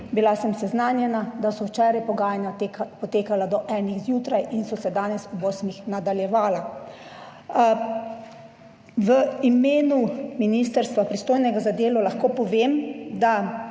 Bila sem seznanjena, da so včeraj pogajanja potekala do enih zjutraj in so se danes ob osmih nadaljevala. V imenu ministrstva, pristojnega za delo, lahko povem, da